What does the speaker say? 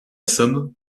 somme